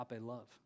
love